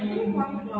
mm